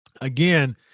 again